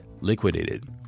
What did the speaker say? liquidated